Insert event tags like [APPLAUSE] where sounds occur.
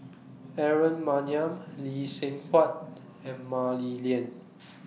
Aaron Maniam Lee Seng Huat and Mah Li Lian [NOISE]